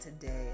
today